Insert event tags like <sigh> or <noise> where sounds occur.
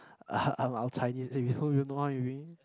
<noise> our our Chinese and we don't even know what it mean